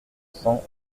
cent